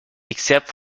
except